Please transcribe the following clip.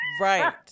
right